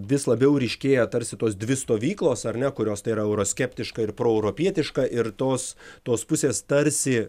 vis labiau ryškėja tarsi tos dvi stovyklos ar ne kurios tai yra euroskeptiška ir proeuropietiška ir tos tos pusės tarsi